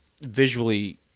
visually